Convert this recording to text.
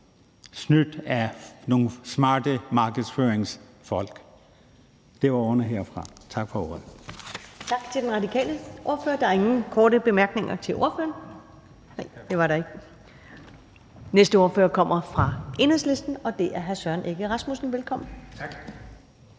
snydt af nogle smarte markedsføringsfolk. Det var ordene herfra. Tak for ordet.